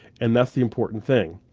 and that's the important thing.